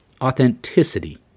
authenticity